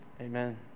Amen